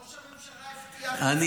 ראש הממשלה הבטיח לפני חודש: תוך שבועיים.